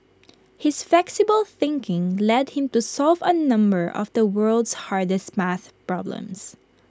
his flexible thinking led him to solve A number of the world's hardest math problems